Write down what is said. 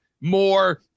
more